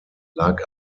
lag